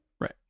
Right